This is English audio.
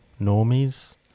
normies